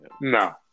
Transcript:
No